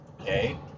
Okay